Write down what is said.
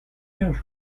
quinze